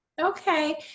Okay